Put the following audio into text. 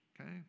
okay